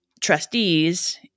trustees